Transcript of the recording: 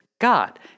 God